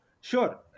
Sure